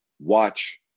watch